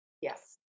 yes